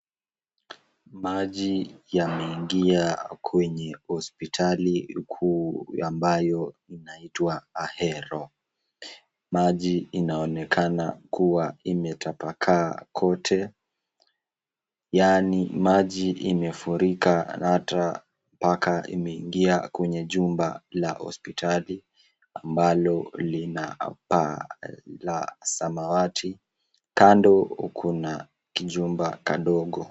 Maji yameingia kwenye hospitali ambayo inaitwa Ahero. Maji inaonekana kuwa imetapakaa kote. Yaani maji imefurika na hata mpaka imeingia kwenye jumba la hospitali ambalo lina paa la samawati. Kando kuna kijumba kadogo.